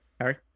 Harry